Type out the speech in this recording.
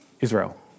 Israel